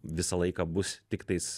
visą laiką bus tiktais